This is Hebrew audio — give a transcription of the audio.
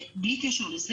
בלי קשר לזה,